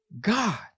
God